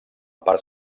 part